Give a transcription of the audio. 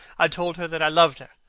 i told her that i loved her,